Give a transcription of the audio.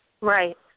Right